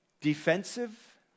defensive